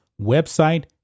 website